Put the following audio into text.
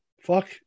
fuck